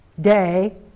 day